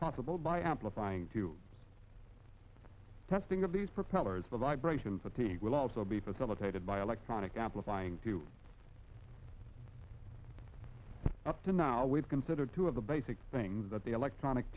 possible by amplifying to testing of these propellers with vibration fatigue will also be facilitated by electronic amplifying due up to now we've considered two of the basic things that the electronic